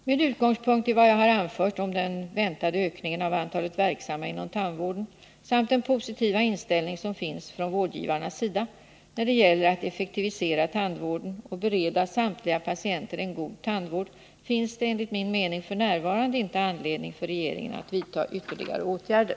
Med utgångspunkt i vad jag har anfört om den väntade ökningen av antalet verksamma inom tandvården samt den positiva inställning som finns från vårdgivarnas sida när det gäller att effektivisera tandvården och bereda samtliga patienter en god tandvård finns det enligt min mening f. n. inte anledning för regeringen att vidta ytterligare åtgärder.